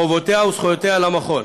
חובותיה וזכויותיה למכון.